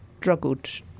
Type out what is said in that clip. struggled